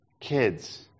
Kids